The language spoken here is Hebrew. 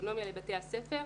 אוטונומיה לבתי הספר,